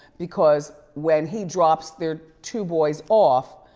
because when he drops their two boys off.